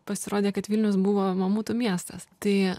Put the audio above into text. pasirodė kad vilnius buvo mamutų miestas tai